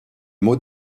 mot